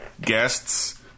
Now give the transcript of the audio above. guests